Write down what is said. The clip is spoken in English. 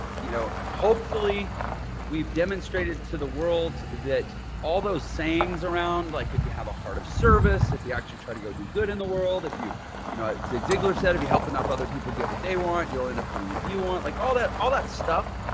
you know, hopefully we've demonstrated to the world that all those sayings around, like, if you have a heart of service, if you actually try to go do good in the world, if you you know zig ziglar said, if you help enough other people get what they want, you'll end up getting what you want. like all that all that stuff.